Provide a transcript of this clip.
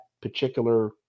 particular